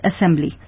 Assembly